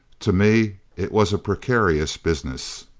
to me, it was a precarious business.